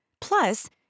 Plus